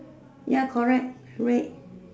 ya correct red